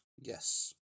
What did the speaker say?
yes